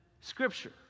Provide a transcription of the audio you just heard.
Scripture